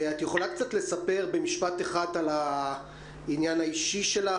את יכולה קצת לספר במשפט אחד על העניין האישי שלך,